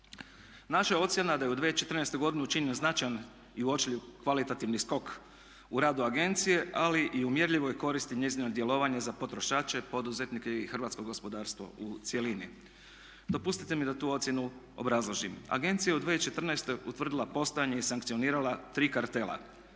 Naša je ocjena da je u 2014. godini učinjen značajan i uočljiv kvalitativni skok u radu agencije ali i u mjerljivoj koristi njezinog djelovanja za potrošače, poduzetnike i hrvatsko gospodarstvo u cjelini. Dopustite mi da tu ocjenu obrazložim. Agencija je u 2014. utvrdila postojanje i sankcionirala 3 kartela.